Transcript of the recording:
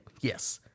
Yes